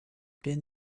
been